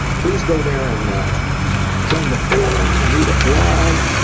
please go there and join the forum read a blog,